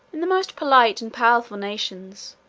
in the most polite and powerful nations,